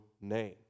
name